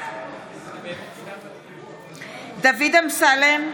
בעד דוד אמסלם,